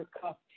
cuff